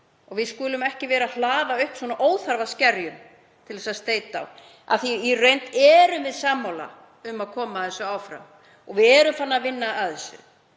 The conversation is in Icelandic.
Við skulum ekki vera að hlaða upp óþarfa skerjum til að steyta á af því að í reynd erum við sammála um að koma þessu áfram og erum farin að vinna að þessu.